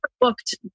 booked